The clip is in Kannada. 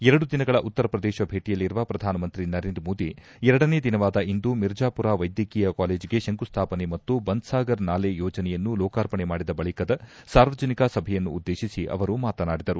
ಎರಡು ದಿನಗಳ ಉತ್ತರ ಪ್ರದೇಶ ಭೇಟಿಯಲ್ಲಿರುವ ಪ್ರಧಾನಮಂತ್ರಿ ನರೇಂದ್ರ ಮೋದಿ ಎರಡನೇ ದಿನವಾದ ಇಂದು ಮಿರ್ಜಾಪುರ ವೈದ್ವಕೀಯ ಕಾಲೇಜಿಗೆ ಶಂಕುಸ್ಥಾಪನೆ ಮತ್ತು ಬನ್ಗಾಗರ್ ನಾಲೆ ಯೋಜನೆಯನ್ನು ಲೋಕಾರ್ಪಣೆ ಮಾಡಿದ ಬಳಿಕದ ಸಾರ್ವಜನಿಕ ಸಭೆಯನ್ನುದ್ದೇಶಿಸಿ ಅವರು ಮಾತನಾಡಿದರು